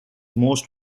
most